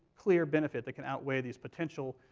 clear benefit that can outweigh these potential,